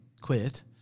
quit